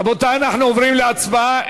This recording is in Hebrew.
רבותי, אנחנו עוברים להצבעה.